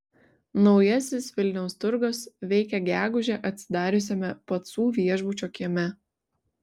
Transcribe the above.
naujasis vilniaus turgus veikia gegužę atsidariusiame pacų viešbučio kieme